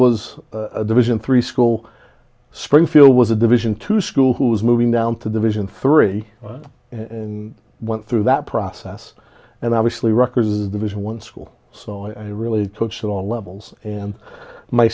was a division three school springfield was a division two school who was moving down to division three and went through that process and obviously records division one school so i really took it all levels and my